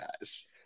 guys